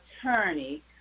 attorney